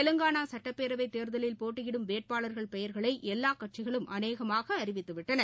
தெவங்கானாசட்டப்பேரவைதேர்தலில் போட்டியிடும் வேட்பாளர்கள் பெயர்களைஎல்வாகட்சிகளும் அநேகமாக அறிவித்துவிட்டன